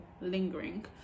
lingering